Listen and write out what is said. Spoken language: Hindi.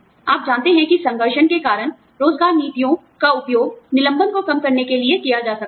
आप जानते हैं कि संघर्षण के कारण रोज़गार नीतियों का उपयोग निलंबन को कम करने के लिए किया जा सकता है